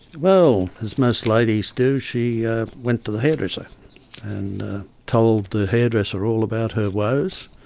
well, as most ladies do, she ah went to the hairdresser and told the hairdresser all about her woes.